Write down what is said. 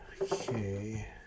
Okay